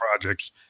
projects